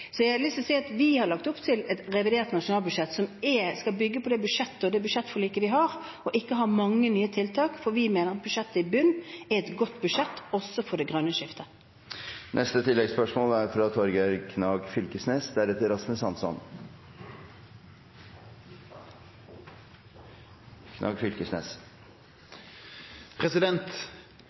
Vi har lagt opp til et revidert nasjonalbudsjett som skal bygge på det budsjettet og det budsjettforliket vi har, og ikke ha mange nye tiltak, for vi mener at budsjettet som ligger i bunnen, er et godt budsjett – også for det grønne skiftet.